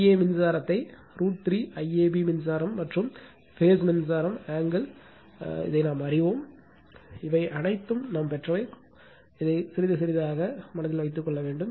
Ia மின்சாரத்தை √ 3 IAB மின்சாரம் மற்றும் பேஸ் மின்சாரம் ஆங்கிள் நாம் அறிவோம் இவை அனைத்தும் நாம் பெற்றவை கொஞ்சம் கொஞ்சமாக அதை மனதில் வைத்துக் கொள்ள வேண்டும்